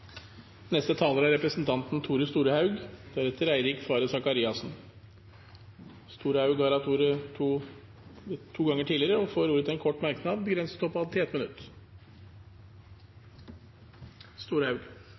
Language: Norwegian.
Representanten Tore Storehaug har hatt ordet to ganger tidligere og får ordet til en kort merknad,